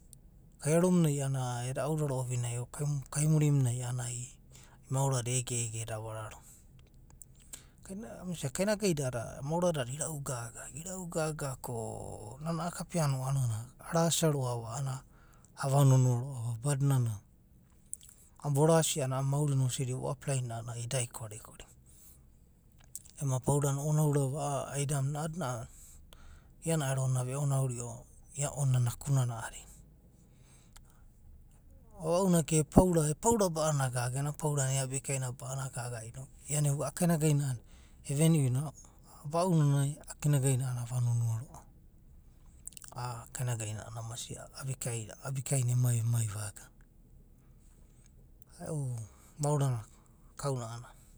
Kaia romunai a’anana eda ouraro ouinai, ko kai muri munai a’a nanai, mamora ege ege eda vararo. Kamasia kainagaide a’adada moaro dada irau gaga, irau gaga ko nana kapeano a’anana arasiaroa’va a’anana ava nonoa roa’va, badinana e’anana vorasia a’anana mauri na osidivo apply da a’anana idai, korikori. Ema paurana o’onaurana a’a aidamuna a’adina. iane ero onia veo nau rio onia naku a’adina. Vava’u naka e’paura, e’paura ba’ana gaga, ena paurana e’abikaina ba’ane gaga, inoku iane eugu a’a kainagaina eve niu baunanai, a’a kainagaina ava nonoa roa’va. A’a kainagaina amasia a’abikaina emai emai va iagana. E’u maora na kau na’anana.